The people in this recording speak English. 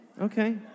Okay